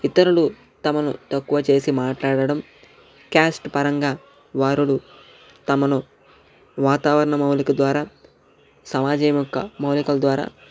ఇతరులు తమను తక్కువ చేసి మాట్లాడటం క్యాస్ట్ పరంగా వారులు తమను వాతావరణ మౌలిక ద్వారా సమాజం యొక్క మౌలికల ద్వారా